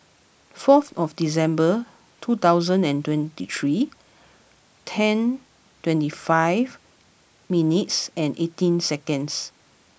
forth of December two thousand and twenty three ten twenty five minutes and eighteen seconds